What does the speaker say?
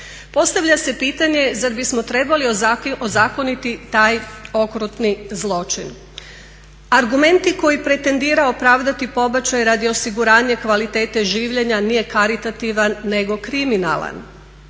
Postavlja se pitanje zar bismo trebali ozakoniti taj okrutni zločin. Argument koji pretendira opravdati pobačaj radi osiguranja kvalitete življenja nije karitativan nego kriminalan.